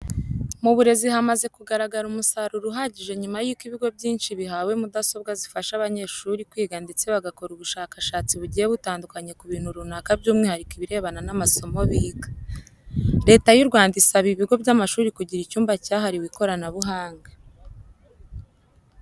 Mu burezi hamaze kugaragara umusaruro uhagije nyuma yuko ibigo byinshi bihawe mudasobwa zifasha abanyeshuri kwiga ndetse bagakora ubushakashatsi bugiye butandukanye ku bintu runaka by'umwihariko ibirebana n'amasomo biga. Leta y'u Rwanda isaba ibigo by'amashuri kugira icyumba cyahariwe ikoranabuhanga.